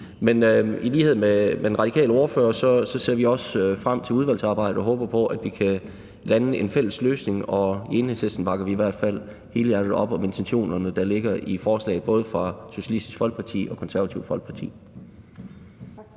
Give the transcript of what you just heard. I lighed med den radikale ordfører ser vi også frem til udvalgsarbejdet og håber på, at vi kan lande en fælles løsning, og i Enhedslisten bakker vi i hvert fald helhjertet op om intentionerne, der ligger i forslagene fra Socialistisk Folkeparti og fra Det Konservative Folkeparti.